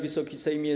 Wysoki Sejmie!